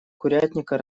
курятника